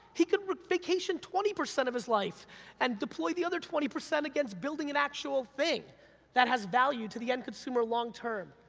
he could vacation twenty percent of his life and deploy the other twenty percent against building an actual thing that has value to the end consumer long-term.